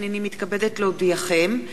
הנני מתכבדת להודיעכם,